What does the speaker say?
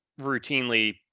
routinely